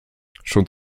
schon